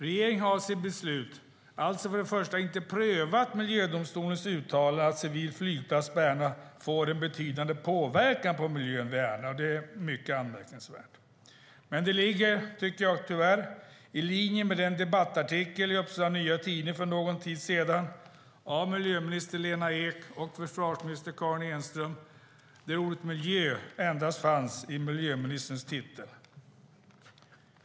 Regeringen har i sitt beslut alltså inte prövat miljödomstolens uttalande att en civil flygplats vid Ärna får en betydande påverkan på miljön där. Det är mycket anmärkningsvärt. Men det ligger, tycker jag tyvärr, i linje med den debattartikel av miljöminister Lena Ek och försvarsminister Karin Enström som publicerades i Upsala Nya Tidning för någon tid sedan och där ordet "miljö" endast fanns med som en del av miljöministerns titel.